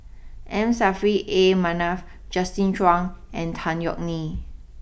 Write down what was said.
M Saffri A Manaf Justin Zhuang and Tan Yeok Nee